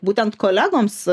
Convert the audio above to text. būtent kolegoms